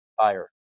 fire